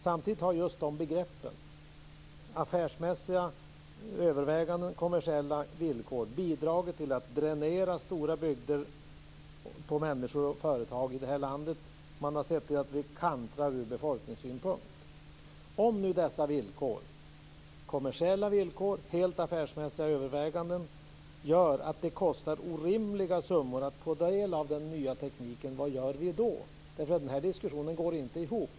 Samtidigt har just de begreppen, affärsmässiga överväganden och kommersiella villkor, bidragit till att dränera stora bygder på människor och företag i det här landet. Man har sett hur vi kantrar ur befolkningssynpunkt. Om nu dessa villkor, kommersiella villkor och helt affärsmässiga överväganden, gör att det kostar orimliga summor att få del av den nya tekniken, vad gör vi då? Den här diskussionen går inte ihop.